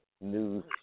news